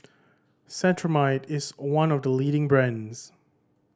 Cetrimide is one of the leading brands